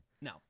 no